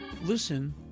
listen